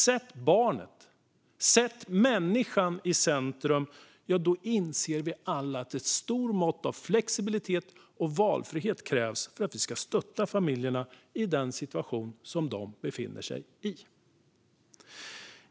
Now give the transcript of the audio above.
Sätt barnet, sätt människan i centrum så inser vi alla att ett stort mått av flexibilitet och valfrihet krävs för att stötta familjerna i den situation de befinner sig i.